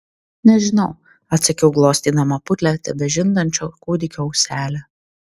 nežinau atsakiau glostydama putlią tebežindančio kūdikio auselę